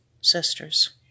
sisters